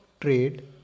trade